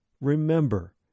Remember